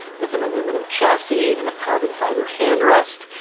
with an aluminum chassis and a carbon fiber hand rest.